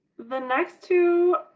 the next two